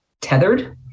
tethered